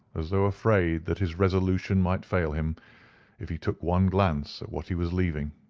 as though afraid that his resolution might fail him if he took one glance at what he was leaving.